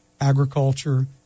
agriculture